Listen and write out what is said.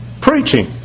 Preaching